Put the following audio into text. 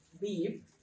Beep